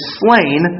slain